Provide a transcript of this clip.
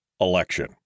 election